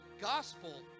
gospel